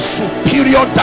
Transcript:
superior